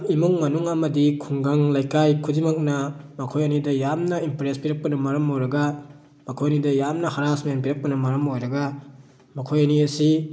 ꯏꯃꯨꯡ ꯃꯅꯨꯡ ꯑꯃꯗꯤ ꯈꯨꯡꯒꯪ ꯂꯩꯀꯥꯏ ꯈꯨꯗꯤꯡꯃꯛꯅ ꯃꯈꯣꯏ ꯑꯅꯤꯗ ꯌꯥꯝꯅ ꯏꯝꯄ꯭ꯔꯦꯁ ꯄꯤꯔꯛꯄꯅ ꯃꯔꯝ ꯑꯣꯏꯔꯒ ꯃꯈꯣꯏꯅꯤꯗ ꯌꯥꯝꯅ ꯍꯔꯥꯁꯃꯦꯟ ꯄꯤꯔꯛꯄꯅ ꯃꯔꯝ ꯑꯣꯏꯔꯒ ꯃꯈꯣꯏ ꯑꯅꯤ ꯑꯁꯤ